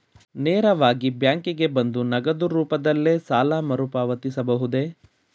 ನೇರವಾಗಿ ಬ್ಯಾಂಕಿಗೆ ಬಂದು ನಗದು ರೂಪದಲ್ಲೇ ಸಾಲ ಮರುಪಾವತಿಸಬಹುದೇ?